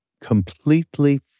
completely